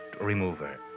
remover